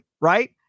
right